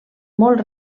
molt